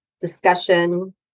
discussion